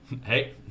Hey